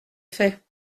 fait